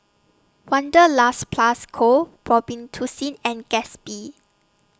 Wanderlust Plus Co Robitussin and Gatsby